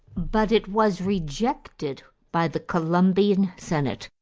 but it was rejected by the colombian senate,